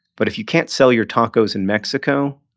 but if you can't sell your tacos in mexico,